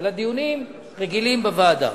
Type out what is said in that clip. אלא דיונים רגילים בוועדה.